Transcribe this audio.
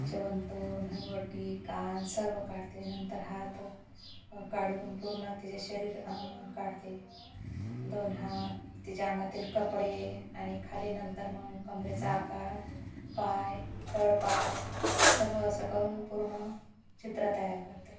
चवन तोन हनवटी कान सर्व काडते नंतर हात काडून पूर्न तिचे शरीर काडते दोन हात तिच्या अंगातील कपडे आनि खाली नंतर मंग कमरेचा आकार पाय तळपाय सर्व असं करून पूर्न चित्र तयार करते